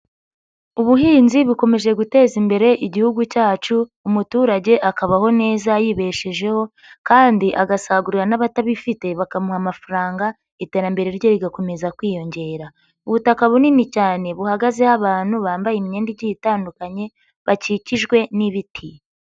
Ubuhinzi bukomeje guteza imbere igihugu cyacu umuturage akabaho neza yibeshejeho kandi agasagurira n'abatabifite bakamuha amafaranga iterambere rye rigakomeza kwiyongera. Ubutaka bunini cyane buhagazeho abantu bambaye imyenda igiye itandukanye bakikijwe n'ibiti.